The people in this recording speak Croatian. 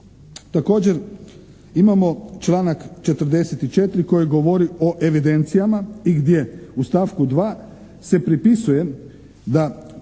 Također imamo članak 44. koji govori o evidencijama i gdje. U stavku 2. se pripisuje da